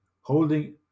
holding